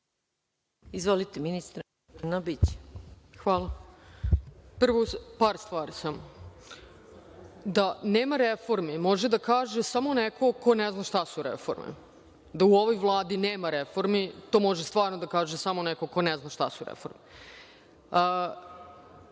Izvolite, ministre. **Ana Brnabić** Hvala vam. Prvo par stvari samo. Da nema reformi može da kaže samo neko ko ne zna šta su reforme. Da u ovoj Vladi nema reformi, to može da kaže stvarno samo neko ko ne zna šta su reforme. Što